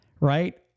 right